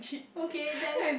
okay then